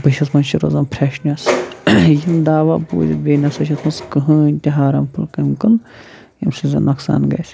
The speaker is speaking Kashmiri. بٔتھِس منٛز چھِ روزان فرٛٮ۪شنٮ۪س یِم دعوا بوٗزِتھ بیٚیہِ نہ سا چھِ اَتھ منٛز کٕہۭنۍ تہِ ہارَمفُل کیٚمِکل ییٚمہِ سۭتۍ زَن نۄقصان گژھِ